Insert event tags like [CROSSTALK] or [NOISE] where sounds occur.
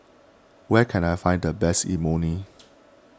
where can I find the best Imoni [NOISE]